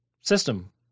system